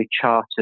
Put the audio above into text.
chartered